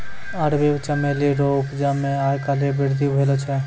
अरबी चमेली रो उपजा मे आय काल्हि वृद्धि भेलो छै